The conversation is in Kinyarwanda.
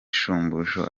shumbusho